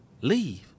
Leave